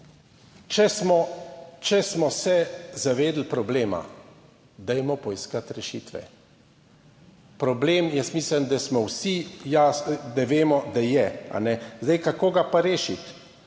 če smo se zavedali problema. Dajmo poiskati rešitve. Problem, jaz mislim, da vsi vemo, da je. Kako ga pa rešiti?